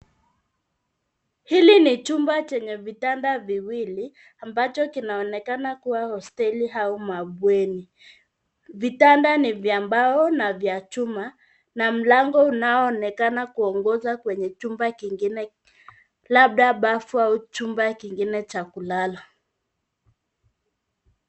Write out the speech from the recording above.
Hili ni chumba chenye vitanda viwili ambacho kinaonekana kuwa hosteli au mabweni. Vitanda ni vya mbao na vya chuma, na mlango unaoonekana kuongoza kwenye chumba kingine labda bafu au chumba kingine cha kulala.